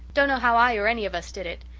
don't know how i or any of us did it.